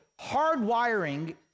hardwiring